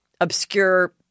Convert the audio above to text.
obscure